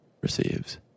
receives